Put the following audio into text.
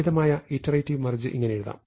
ലളിതമായ iterative merge ഇങ്ങനെ എഴുതാം